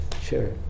Sure